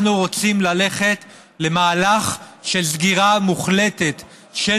אנחנו רוצים ללכת למהלך של סגירה מוחלטת של